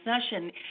session